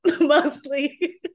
mostly